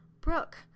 Brooke